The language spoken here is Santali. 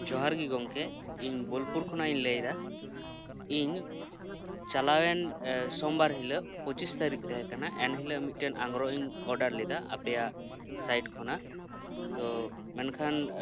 ᱡᱚᱦᱟᱨ ᱜᱮ ᱜᱚᱝᱠᱮ ᱤᱧ ᱵᱳᱞᱯᱩᱨ ᱠᱷᱚᱱᱟᱜ ᱤᱧ ᱞᱟᱹᱭ ᱮᱫᱟ ᱤᱧ ᱪᱟᱞᱟᱣᱮᱱ ᱥᱚᱢᱵᱟᱨ ᱦᱤᱞᱳᱜ ᱯᱚᱪᱤᱥ ᱛᱟᱨᱤᱠ ᱛᱟᱦᱮᱸ ᱠᱟᱱᱟ ᱮᱱᱦᱤᱞᱳᱜ ᱢᱤᱫᱴᱮᱱ ᱟᱝᱨᱚᱵ ᱤᱧ ᱚᱰᱟᱨ ᱞᱮᱫᱟ ᱟᱯᱮᱭᱟᱜ ᱥᱟᱭᱤᱴ ᱠᱷᱚᱱᱟᱜ ᱛᱚ ᱢᱮᱱᱠᱷᱟᱱ